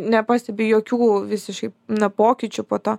nepastebi jokių visiškai na pokyčių po to